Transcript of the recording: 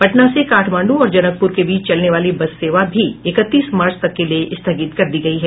पटना से काठमांडू और जनकपुर के बीच चलने वाली बस सेवा भी इकतीस मार्च तक के लिए स्थगित कर दी गई है